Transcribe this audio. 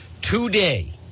today